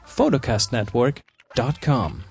PhotocastNetwork.com